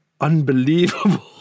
unbelievable